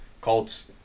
Colts